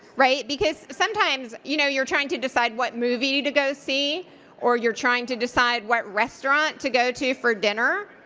right? because sometimes you know you're trying to decide what movie to go see or you're trying to decide what restaurant to go to for dinner,